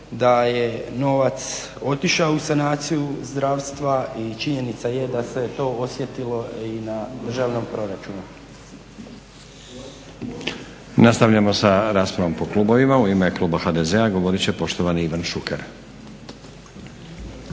da je novac otišao u sanaciju zdravstva i činjenica je da se to osjetilo i na državnom proračunu.